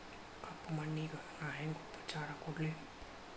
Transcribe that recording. ಕಪ್ಪ ಮಣ್ಣಿಗ ನಾ ಹೆಂಗ್ ಉಪಚಾರ ಕೊಡ್ಲಿ?